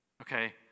okay